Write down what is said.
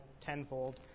tenfold